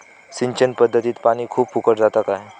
सिंचन पध्दतीत पानी खूप फुकट जाता काय?